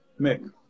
Mick